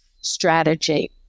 strategy